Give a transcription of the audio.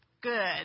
good